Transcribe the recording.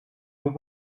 are